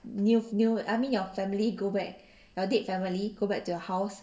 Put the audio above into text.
new new I mean your family go back your dead family go back to your house